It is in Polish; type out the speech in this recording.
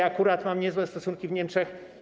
Akurat mam niezłe stosunki w Niemczech.